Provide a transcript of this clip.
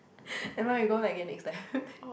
nevermind we go again next time